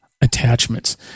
attachments